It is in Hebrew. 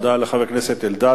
תודה לחבר הכנסת אלדד.